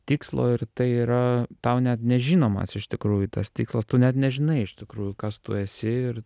tikslo ir tai yra tau net nežinomas iš tikrųjų tas tikslas tu net nežinai iš tikrųjų kas tu esi ir